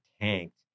tanked